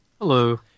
Hello